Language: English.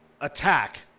attack